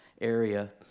area